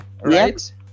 Right